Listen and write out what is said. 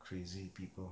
crazy people